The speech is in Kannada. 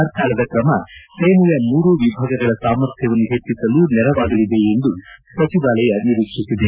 ಸರ್ಕಾರದ ಕ್ರಮ ಸೇನೆಯ ಮೂರು ವಿಭಾಗಗಳ ಸಾಮರ್ಥ್ಯವನ್ನು ಹೆಚ್ಚಿಸಲು ನೆರವಾಗಲಿದೆ ಎಂದು ಸಚಿವಾಲಯ ನಿರೀಕ್ಸಿಸಿದೆ